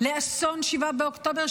לאסון 7 באוקטובר.